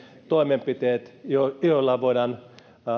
toimenpiteet joilla voidaan